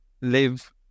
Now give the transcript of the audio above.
live